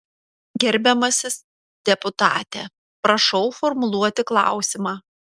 gerbiamasis deputate prašau formuluoti klausimą